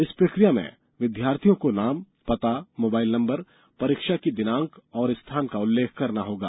इस प्रक्रिया में विद्यार्थियों को नाम पता मोबाइल नंबर परीक्षा की दिनांक और स्थान का उल्लेख करना होगा